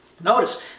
Notice